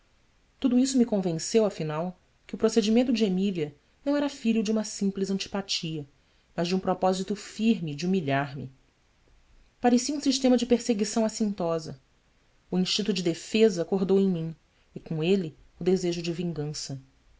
tudo isso me convenceu afinal que o procedimento de emília não era filho de uma simples antipatia mas de um propósito firme de humilhar me parecia um sistema de perseguição acintosa o instinto de defesa acordou em mim e com ele o desejo da vingança